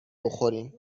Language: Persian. بخوریم